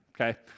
okay